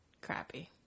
crappy